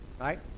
Right